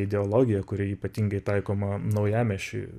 ideologija kuri ypatingai taikoma naujamiesčiui